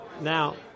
Now